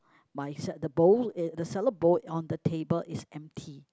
my salad bowl the salad bowl on the table is empty